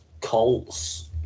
Colts